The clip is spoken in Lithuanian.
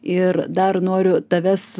ir dar noriu tavęs